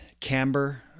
camber